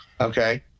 Okay